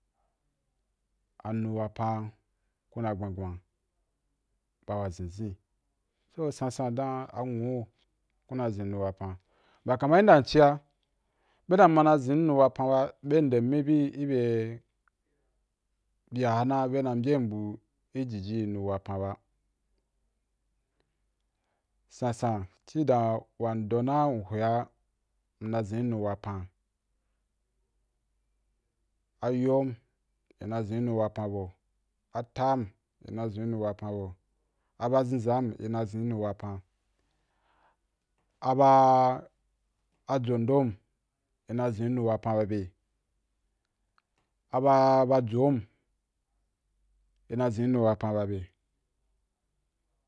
A nu wapan ku na gbangban ba wa zinzin so sansan dan anwu ku na zin nu wapan, mbya kam an inda mciya be dan mma na zìn nu wapan ba, be ndem mi bi ib bya na be na byem bu i jiji nu wapan ba sansan ci dan wa ndo na mhwe a nna zin nu wapan, ayom i na zin nu wapan bau, attahm i na zin nu wapan bau, a ba zinzam i na zin nu wapan, a ba ajo ndom i na zin nu wapan ba be, aba ba jom i na zin nu wapan ba be